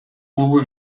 клубу